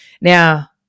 Now